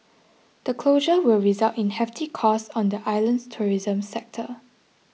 the closure will result in hefty costs on the island's tourism sector